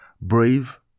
brave